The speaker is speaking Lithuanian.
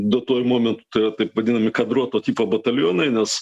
duotuoju momentu tai yra taip vadinami kadruoto tipo batalionai nes